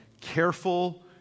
careful